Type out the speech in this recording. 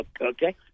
Okay